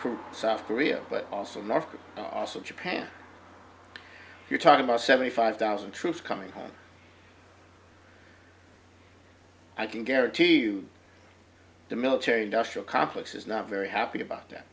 r south korea but also market also japan you're talking about seventy five thousand troops coming home i can guarantee you the military industrial complex is not very happy about that